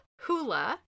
hula